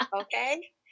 Okay